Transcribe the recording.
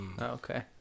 Okay